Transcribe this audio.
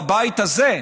בבית הזה,